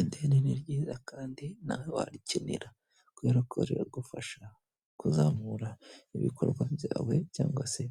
Ideni ni ryiza kandi ntawe warikenera, kubera ko riragufasha kuzamura ibikorwa byawe cyangwa se